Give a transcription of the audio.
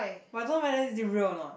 but I don't know whether is it real or not